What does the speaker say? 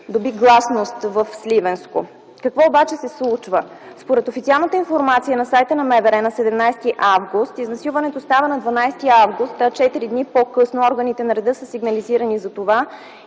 доби гласност в Сливенско. Какво обаче се случва? Според официалната информация на сайта на МВР на 17 август, изнасилването става на 12 август. Тоест четири дни по-късно органите на реда са сигнализирани за това